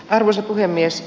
arvoisa puhemies